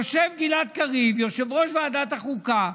יושב גלעד קריב, יושב-ראש ועדת החוקה,